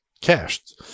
cached